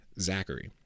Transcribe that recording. Zachary